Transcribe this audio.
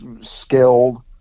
skilled